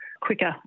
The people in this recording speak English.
quicker